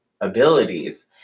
abilities